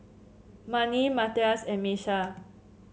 Marni Matias and Miesha